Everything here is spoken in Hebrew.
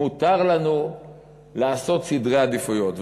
מותר לנו לעשות סדרי עדיפויות.